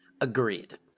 Agreed